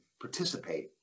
participate